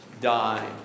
die